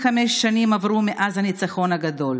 75 שנים עברו מאז הניצחון הגדול,